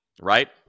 Right